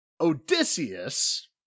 Odysseus